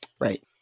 right